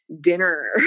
dinner